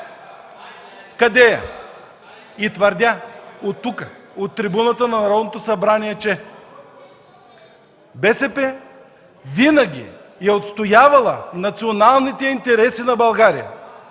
„Е-е-е!”) Твърдя от трибуната на Народното събрание, че БСП винаги е отстоявала националните интереси на България,